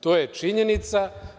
To je činjenica.